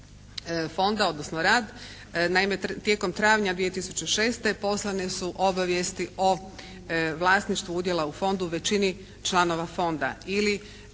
Fonda, odnosno rad. Naime, tijekom travnja 2006. poslane su obavijesti o vlasništvu udjela u Fondu većini članova Fonda, ili